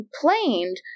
complained